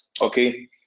okay